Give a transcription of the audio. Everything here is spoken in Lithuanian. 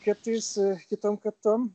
kartais kitom kartom